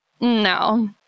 no